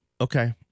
Okay